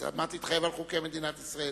אז על מה תתחייב, על חוקי מדינת ישראל?